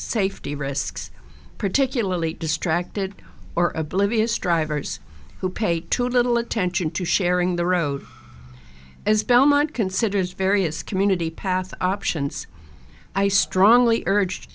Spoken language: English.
safety risks particularly distracted or oblivious drivers who pay too little attention to sharing the road as belmont considers various community paths options i strongly urge